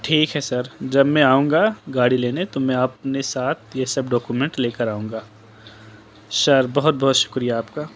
سر جب میں آؤں گا گاڑی لینے تو میں اپنے ساتھ یہ سب ڈاکیومنٹ لے کر آؤں گا سر بہت بہت شکریہ آپ کا